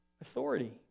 authority